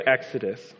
Exodus